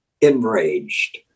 enraged